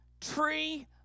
tree